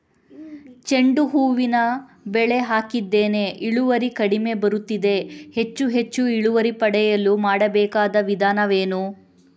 ಚೆಂಡು ಹೂವಿನ ಬೆಳೆ ಹಾಕಿದ್ದೇನೆ, ಇಳುವರಿ ಕಡಿಮೆ ಬರುತ್ತಿದೆ, ಹೆಚ್ಚು ಹೆಚ್ಚು ಇಳುವರಿ ಪಡೆಯಲು ಮಾಡಬೇಕಾದ ವಿಧಾನವೇನು?